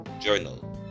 journal